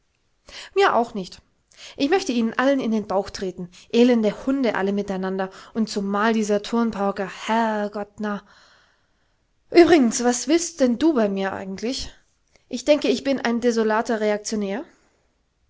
mir auch nicht ich möchte ihnen allen in den bauch treten elende hunde alle miteinander und zumal dieser turnpauker herrgott na übrigens was willst denn du bei mir ich denke ich bin ein desolater reaktionär